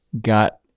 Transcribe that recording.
got